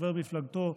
חבר מפלגתו,